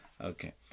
Okay